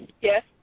yes